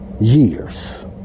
years